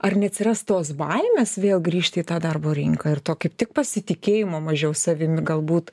ar neatsiras tos baimės vėl grįžti į tą darbo rinką ir to kaip tik pasitikėjimo mažiau savimi galbūt